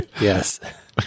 Yes